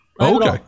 Okay